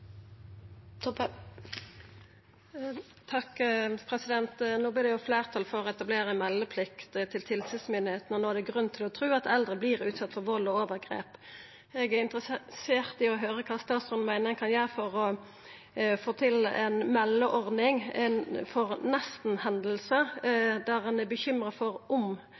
grunn til å tru at eldre vert utsette for vald og overgrep. Eg er interessert i å høyra kva statsråden meiner ein kan gjera for å få til ei meldeordning for nestenhendingar, der det ikkje har skjedd, men ein er bekymra for